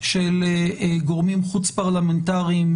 של גורמים חוץ פרלמנטריים,